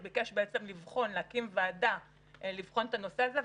הוא ביקש להקים ועדה לבחון את הנושא הזה,